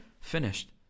finished